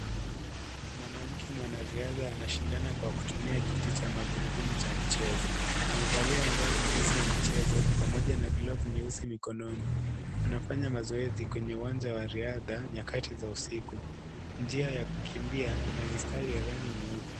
Mwanamke mwanarihadha anashindana kwa kutumia kiti cha magurudumu cha michezo, amevalia mavazi nyeusi ya mchezo pamoja na glovu nyeusi mkononi anafanya mazoezi kwenye uwanja wa rihadha nyakati za usiku, njia ya kukimbia ina mistari ya rangi nyeupe.